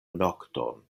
nokton